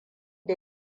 da